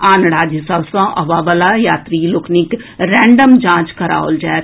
आन राज्य सभ सँ अबय वला यात्री लोकनिक रैंडम जांच कराओल जाएत